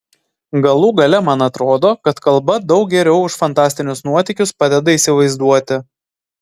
galų gale man atrodo kad kalba daug geriau už fantastinius nuotykius padeda įsivaizduoti